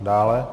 Dále.